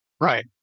Right